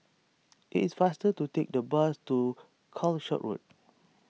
it is faster to take the bus to Calshot Road